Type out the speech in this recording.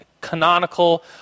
canonical